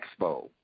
Expo